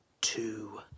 two